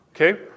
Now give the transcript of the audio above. Okay